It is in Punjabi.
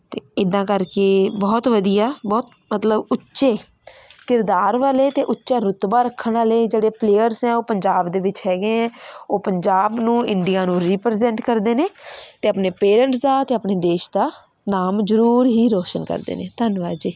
ਅਤੇ ਇੱਦਾਂ ਕਰਕੇ ਬਹੁਤ ਵਧੀਆ ਬਹੁਤ ਮਤਲਬ ਉੱਚੇ ਕਿਰਦਾਰ ਵਾਲੇ ਅਤੇ ਉੱਚਾ ਰੁਤਬਾ ਰੱਖਣ ਵਾਲੇ ਜਿਹੜੇ ਪਲੇਅਰਸ ਹੈ ਉਹ ਪੰਜਾਬ ਦੇ ਵਿੱਚ ਹੈਗੇ ਹੈ ਉਹ ਪੰਜਾਬ ਨੂੰ ਇੰਡੀਆ ਨੂੰ ਰੀਪ੍ਰਜੈਂਟ ਕਰਦੇ ਨੇ ਅਤੇ ਆਪਣੇ ਪੇਰੈਂਟਸ ਦਾ ਅਤੇ ਆਪਣੇ ਦੇਸ਼ ਦਾ ਨਾਮ ਜ਼ਰੂਰ ਹੀ ਰੋਸ਼ਨ ਕਰਦੇ ਨੇ ਧੰਨਵਾਦ ਜੀ